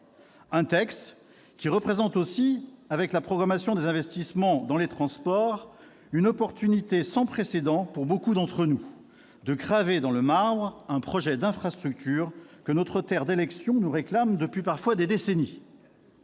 -, qui offre, avec la programmation des investissements dans les transports, une opportunité sans précédent, pour beaucoup d'entre nous, de graver dans le marbre un projet d'infrastructure que notre terre d'élection nous réclame depuis parfois des décennies